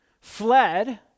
fled